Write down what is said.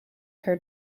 her